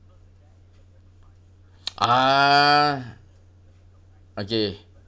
ah okay